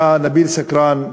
היה נביל סכראן,